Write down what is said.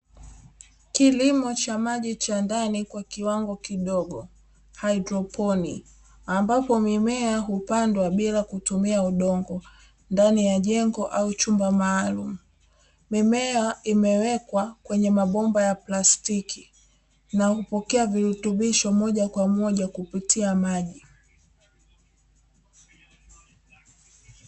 Kilimo cha maji cha ndani kwa kiwango kidogo hydroponi, ambapo mimea hupandwa bila kutumia udongo ndani ya jengo au chumba maalumu. Mimea imewekwa kwenye mabomba ya plastiki na hupokea virutubisho moja kwa moja kupitia maji.